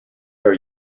are